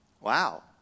Wow